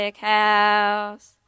house